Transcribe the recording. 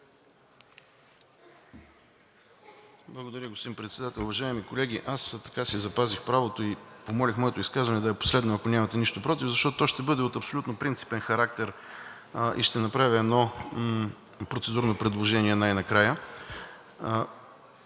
Благодаря, господин Председател. Уважаеми колеги, аз си запазих правото и помолих моето изказване да е последно, ако нямате нищо против, защото то ще бъде от абсолютно принципен характер и ще направя едно процедурно предложение най-накрая.